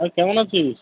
হ্যাঁ কেমন আছিস